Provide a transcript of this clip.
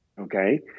Okay